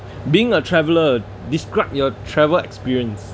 being a traveller describe your travel experience